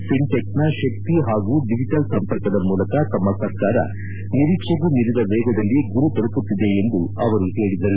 ಫಿನ್ಟೆಕ್ನ ಶಕ್ತಿ ಹಾಗೂ ಡಿಜೆಟಲ್ ಸಂಪರ್ಕದ ಮೂಲಕ ತಮ್ಮ ಸರ್ಕಾರ ನಿರೀಕ್ಷೆಗೂ ಮೀರಿದ ವೇಗದಲ್ಲಿ ಗುರಿ ತಲುಪುತ್ತಿದೆ ಎಂದು ಅವರು ಹೇಳಿದರು